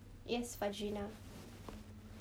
yes fadreena